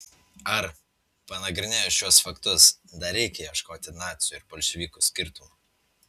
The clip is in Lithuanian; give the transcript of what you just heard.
ar panagrinėjus šiuos faktus dar reikia ieškoti nacių ir bolševikų skirtumų